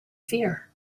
fear